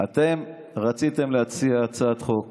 אתם רציתם להציע הצעת חוק